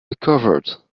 recovered